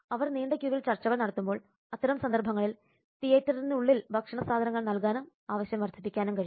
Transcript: അവർ നീണ്ട ക്യൂവിൽ ചർച്ചകൾ നടത്തുമ്പോൾ അത്തരം സന്ദർഭങ്ങളിൽ തിയേറ്ററിനുള്ളിൽ ഭക്ഷണസാധനങ്ങൾ നൽകാനും ആവശ്യം വർദ്ധിപ്പിക്കാനും കഴിയും